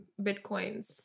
bitcoins